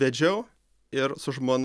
vedžiau ir su žmona